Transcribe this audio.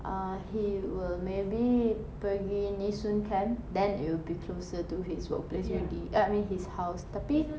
err he will maybe pergi nee soon camp then it will be closer to his workplace already eh I mean his house tapi